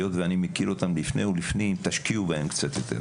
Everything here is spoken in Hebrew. היות שאני מכיר אותם לפני ולפנים תשקיעו בהם קצת יותר.